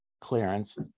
clearance